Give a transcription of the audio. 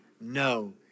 no